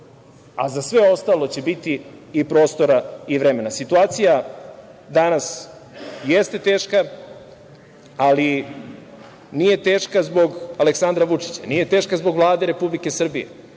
a za sve ostalo će biti prostora i vremena. Situacija danas jeste teška, ali nije teška zbog Aleksandra Vučića, nije teška zbog Vlade Republike Srbije,